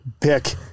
pick